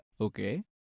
Okay